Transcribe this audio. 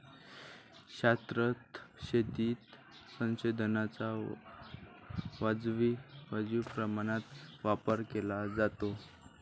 शाश्वत शेतीत संसाधनांचा वाजवी प्रमाणात वापर केला जातो